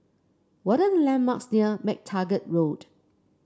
what are the landmarks near MacTaggart Road